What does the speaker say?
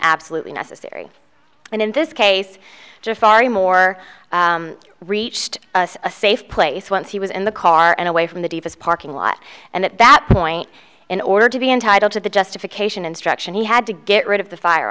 absolutely necessary and in this case jafari more reached a safe place once he was in the car and away from the davis parking lot and at that point in order to be entitled to the justification instruction he had to get rid of the fire